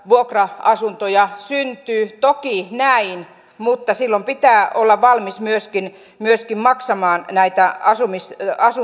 vuokra asuntoja syntyy toki näin mutta silloin pitää olla valmis myöskin myöskin maksamaan näitä